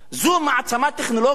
זו מעצמה טכנולוגית?